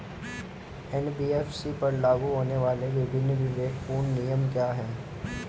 NBFC पर लागू होने वाले विभिन्न विवेकपूर्ण नियम क्या हैं?